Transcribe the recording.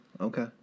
Okay